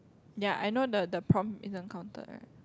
ya I know the the prompt isn't counted right